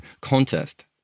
contest